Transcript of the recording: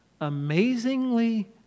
amazingly